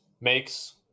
makes